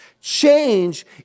Change